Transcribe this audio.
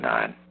Nine